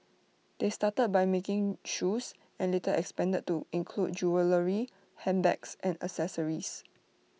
they started by making shoes and later expanded to include jewellery handbags and accessories